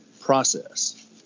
process